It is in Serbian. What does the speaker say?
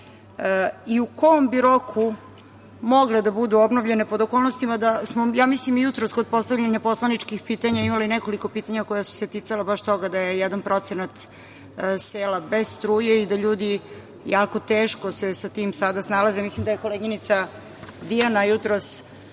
i u kom bi roku mogle da budu obnovljene pod okolnostima, mislim da smo i jutros kod postavljanja poslaničkih pitanja imali nekoliko pitanja koja su se ticala baš toga da je 1% sela bez struje i da ljudi jako se teško sa tim snalaze. Mislim da je koleginica Dijana jutros